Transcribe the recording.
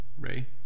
Ray